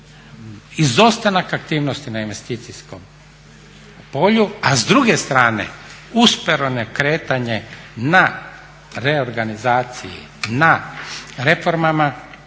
izostanak aktivnosti na investicijskom polju, a s druge strane usporeno kretanje na reorganizaciji, na reformama,